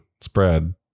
spread